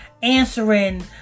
Answering